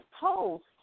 post